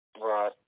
Right